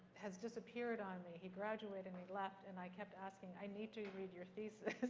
has disappeared on me. he graduated and he left, and i kept asking. i need to read your thesis,